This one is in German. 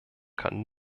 kann